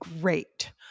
great